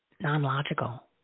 Non-logical